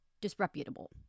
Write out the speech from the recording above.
disreputable